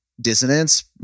dissonance